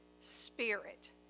spirit